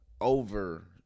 over